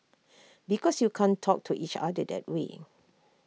because you can't talk to each other that way